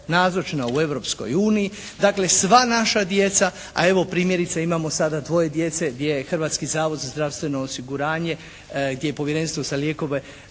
nazočna u Europskoj uniji. Dakle sva naša djeca, a evo primjerice imamo sada dvoje djece gdje je Hrvatski zavod za zdravstveno osiguranje gdje je Povjerenstvo za lijekove